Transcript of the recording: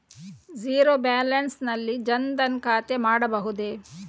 Zero balance ನಲ್ಲಿ ಜನ್ ಧನ್ ಖಾತೆ ಮಾಡಬಹುದೇ?